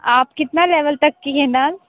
आप कितना लेवल तक की हैं डांस